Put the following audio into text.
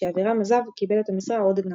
כשאבירם עזב, קיבל את המשרה עודד נפחי.